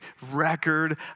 record